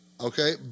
Okay